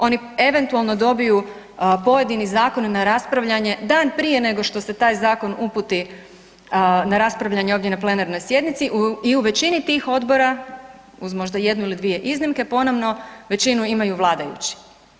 Oni eventualno dobiju, pojedini zakone na raspravljanje dan prije nego što se taj zakon uputi na raspravljanje ovdje na plenarnoj sjednici i u većini tih odbora, uz možda jednu ili dvije iznimke, ponovno, većinu imaju vladajući.